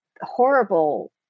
horrible